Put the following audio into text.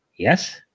Yes